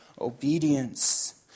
obedience